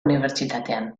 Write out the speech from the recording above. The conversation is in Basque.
unibertsitatean